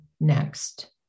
next